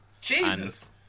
Jesus